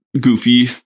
goofy